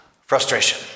frustration